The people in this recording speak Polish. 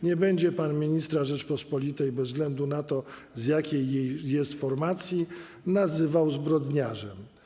Nie będzie pan ministra Rzeczypospolitej, bez względu na to, z jakiej jest formacji, nazywał zbrodniarzem.